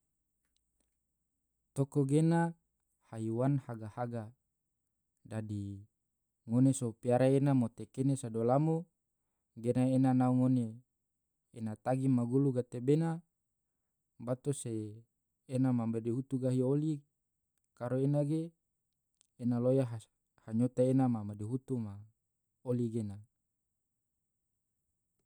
toko gena haiwan haga-haga, dadi ngone so piara ena mote kene sado lamo gena ena nao ngone, ena tagi magulu gatebena bato se ena ma madihutu gahi oli karo ena gena ena loya hanyato ena ma madihutu ma oli gena.